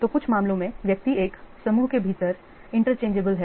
तो कुछ मामलों में व्यक्ति एक समूह के भीतर विनिमेय हैं